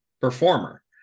performer